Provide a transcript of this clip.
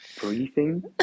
breathing